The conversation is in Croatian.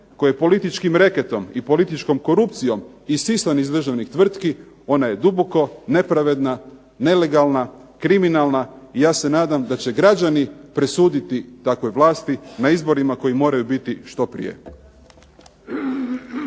koje političkim reketom i političkom korupcijom isisani iz državnih tvrtki, ona je duboko nepravedna, nelegalna, kriminalna i ja se nadam da će građani presuditi takvoj vlasti na izborima koji moraju biti što prije.